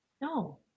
No